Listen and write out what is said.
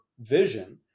vision